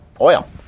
oil